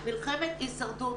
מלחמת הישרדות,